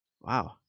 Wow